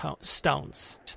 stones